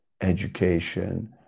education